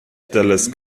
dallas